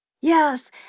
Yes